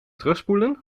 terugspoelen